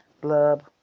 Blub